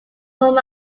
from